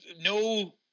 no